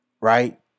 Right